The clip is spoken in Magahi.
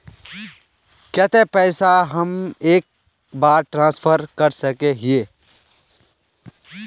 केते पैसा हम एक बार ट्रांसफर कर सके हीये?